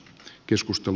keskustan